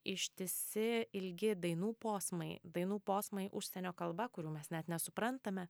ištisi ilgi dainų posmai dainų posmai užsienio kalba kurių mes net nesuprantame